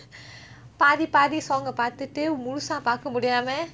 பாதி பாதி:paathi paathi song பாத்துட்டு முழுசா பாக்கமுடியாமே:paathuttu mulusa paakamudiyaame